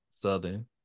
Southern